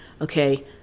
Okay